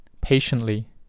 patiently